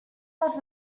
was